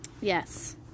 Yes